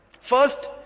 First